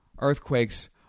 Earthquakes